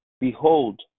behold